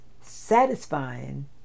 satisfying